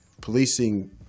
Policing